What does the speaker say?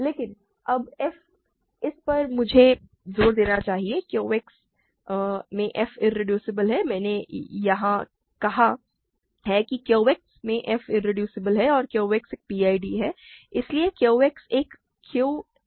लेकिन अब f इस पर मुझे जोर देना चाहिए कि Q X में f इरेड्यूसेबल है कि मैंने यहां कहा है कि Q X में f इरेड्यूसिबल है और Q X एक PID है और इसलिए Q X एक UFD है